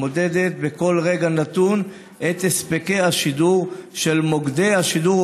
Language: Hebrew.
המודדת בכל רגע נתון את הספקי השידור של מוקדי השידור,